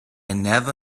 never